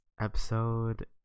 Episode